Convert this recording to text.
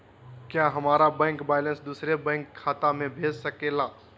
क्या हमारा bank balance दूसरे बैंक खाता में भेज सके ला?